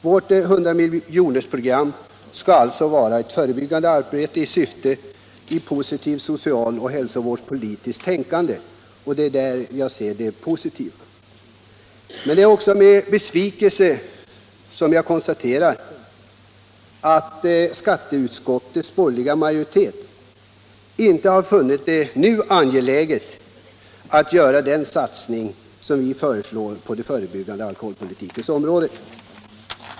Vårt hundramiljonersprogram syftar till förebyggande arbete i ett positivt so cialpolitiskt och hälsovårdspolitiskt tänkande, och det är där jag finner det glädjande. Men det är också med besvikelse jag konstaterar att skatteutskottets borgerliga majoritet inte finner det angeläget att nu göra den satsning som vi föreslår på den förebyggande alkoholpolitikens område.